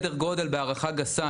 בהערכה גסה,